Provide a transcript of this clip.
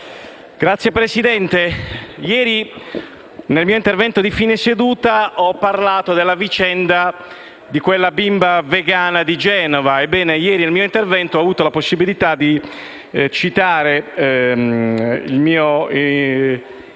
Signor Presidente, ieri, nel mio intervento di fine seduta, ho parlato della vicenda della bimba vegana di Genova. Ebbene, nel mio intervento di ieri ho avuto la possibilità di citare il mio discorso